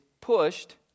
pushed